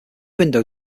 window